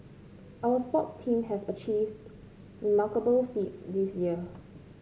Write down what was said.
our sports team have achieved remarkable feats this year